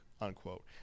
unquote